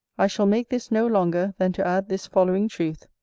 i shall make this no longer than to add this following truth,